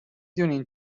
دونین